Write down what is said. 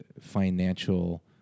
financial